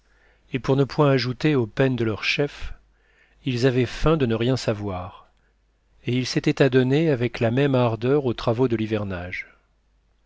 et pour ne point ajouter aux peines de leur chef ils avaient feint de ne rien savoir et ils s'étaient adonnés avec la même ardeur aux travaux de l'hivernage